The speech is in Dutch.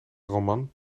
roman